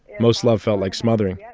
most love felt like smothering. yeah